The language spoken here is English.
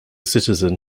citizen